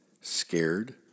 scared